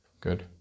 Good